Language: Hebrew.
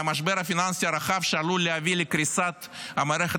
מהמשבר הפיננסי הרחב שעלול להביא לקריסת המערכת